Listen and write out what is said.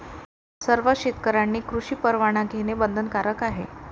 सर्व शेतकऱ्यांनी कृषी परवाना घेणे बंधनकारक आहे